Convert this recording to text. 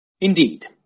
Indeed